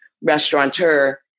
restaurateur